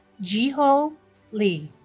jiho lee